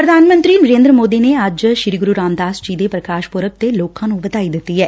ਪ੍ਰਧਾਨ ਮੰਤਰੀ ਨਰੇਦਰ ਮੋਦੀ ਅੱਜ ਸ੍ਰੀ ਗੁਰੁ ਰਾਮਦਾਸ ਜੀ ਦੇ ਪ੍ਰਕਾਸ਼ ਪੁਰਬ ਤੇ ਲੋਕਾ ਨੂੰ ਵਧਾਈ ਦਿੱਤੀ ਏ